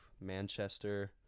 manchester